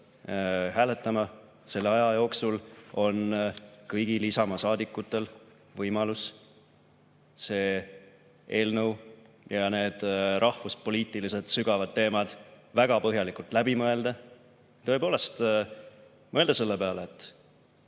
hääletama, on kõigil Isamaa saadikutel olnud võimalus see eelnõu ja need rahvuspoliitilised sügavad teemad väga põhjalikult läbi mõelda. Tõepoolest, mõelda selle peale, kas